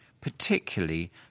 particularly